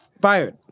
Fired